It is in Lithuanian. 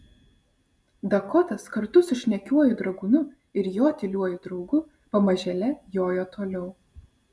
dakotas kartu su šnekiuoju dragūnu ir jo tyliuoju draugu pamažėle jojo toliau